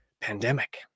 pandemic